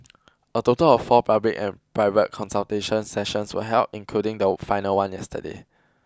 a total of four public and private consultation sessions were held including the final one yesterday